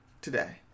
today